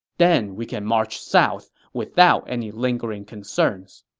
then we can march south without any lingering concerns.